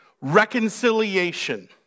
reconciliation